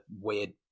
weird